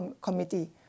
committee